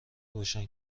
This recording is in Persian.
روشن